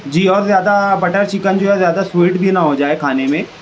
جی اور زیادہ butter chicken جو ہے زیادہ سوئٹ بھی نا ہوجائے کھانے میں